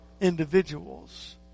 individuals